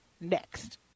next